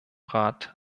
rat